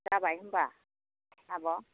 जाबाय होमबा आब'